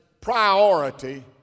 priority